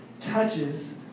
touches